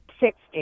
Sixty